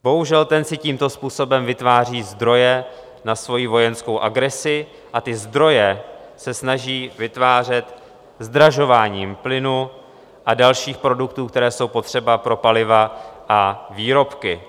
Bohužel, ten si tímto způsobem vytváří zdroje na svoji vojenskou agresi a ty zdroje se snaží vytvářet zdražováním plynu a dalších produktů, které jsou potřeba pro paliva a výrobky.